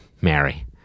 Mary